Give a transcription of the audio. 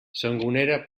sangonera